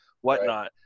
whatnot